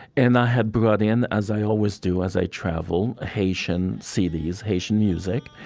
and i had brought in, as i always do as i travel, haitian cds, haitian music.